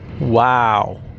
Wow